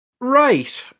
Right